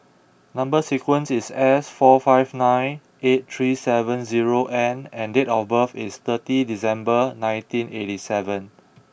number sequence is S four five nine eight three seven zero N and date of birth is thirty December nineteen eighty seven